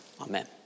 Amen